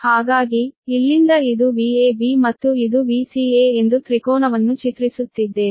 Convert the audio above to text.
ಹಾಗಾಗಿ ಇಲ್ಲಿಂದ ಇದು Vab ರೈಟ್ ಮತ್ತು ಇದು Vca ಎಂದು ತ್ರಿಕೋನವನ್ನು ಚಿತ್ರಿಸುತ್ತಿದ್ದೇನೆ